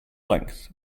length